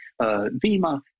Vima